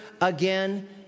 again